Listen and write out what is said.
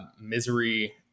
Misery